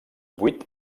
vuit